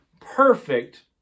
perfect